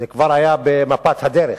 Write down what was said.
זה כבר היה במפת הדרך,